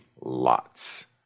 lots